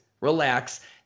relax